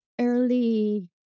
early